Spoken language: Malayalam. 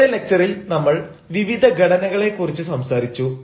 മുമ്പത്തെ ലക്ച്ചറിൽ നമ്മൾ വിവിധ ഘടനകളെ കുറിച്ച് സംസാരിച്ചു